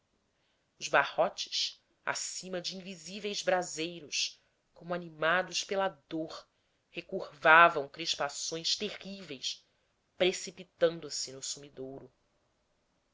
os barrotes acima de invisíveis braseiros como animados pela dor recurvavam crispações terríveis precipitando-se no sumidouro